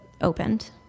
opened